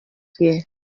fear